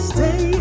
Stay